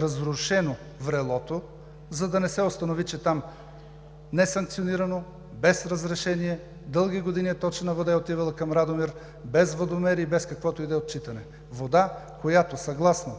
разрушено „Врелото“, за да не се установи, че там несанкционирано, без разрешение дълги години е точена вода и е отивала към Радомир без водомер и без каквото и да е отчитане. Вода, която съгласно